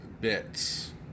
bits